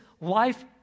life